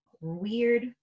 weird